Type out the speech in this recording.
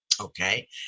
Okay